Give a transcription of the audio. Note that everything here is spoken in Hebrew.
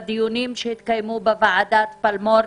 בדיונים שהתקיימו בוועדת פלמור,